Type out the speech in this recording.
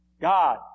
God